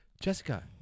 Jessica